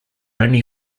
only